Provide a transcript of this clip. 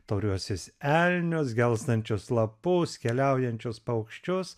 tauriuosius elnius gelstančius lapus keliaujančius paukščius